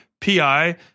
PI